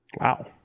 Wow